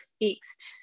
fixed